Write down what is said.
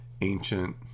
ancient